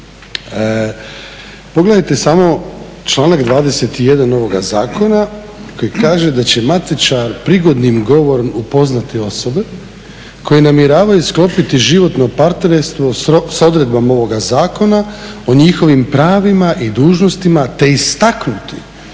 Pogledajte samo članak 21. ovoga zakona koji kaže da će "Matičar prigodnim govorom upoznati osobe koje namjeravaju sklopiti životno partnerstvo s odredbama ovoga zakona, o njihovim pravima i dužnostima te istaknuti